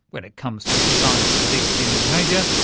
when it comes to trying to predict human behaviour,